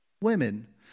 women